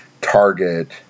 Target